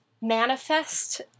manifest